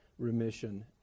remission